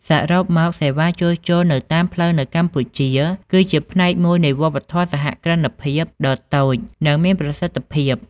សរុបមក សេវាជួសជុលនៅតាមផ្លូវនៅកម្ពុជាគឺជាផ្នែកមួយនៃវប្បធម៌សហគ្រិនភាពដ៏តូចនិងមានប្រសិទ្ធភាព។